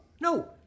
No